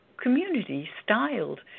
community-styled